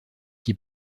qui